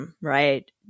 right